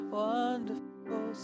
wonderful